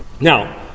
Now